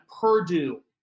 Purdue